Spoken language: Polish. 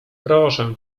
proszę